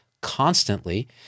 constantly